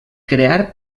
crear